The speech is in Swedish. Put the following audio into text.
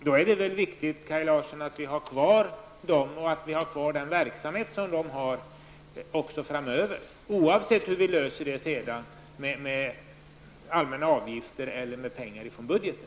Då är det väl viktigt, Kaj Larsson, att vi har kvar dem och den verksamhet som de bedriver, oavsett hur vi sedan kommer att lösa det med allmänna avgifter eller med pengar ifrån budgeten.